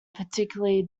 particularly